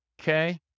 okay